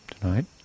tonight